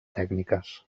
tècniques